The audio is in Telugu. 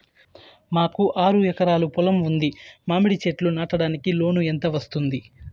మాకు ఆరు ఎకరాలు పొలం ఉంది, మామిడి చెట్లు నాటడానికి లోను ఎంత వస్తుంది?